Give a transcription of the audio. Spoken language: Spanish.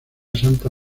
santa